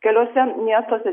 keliuose miestuose